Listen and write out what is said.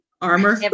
Armor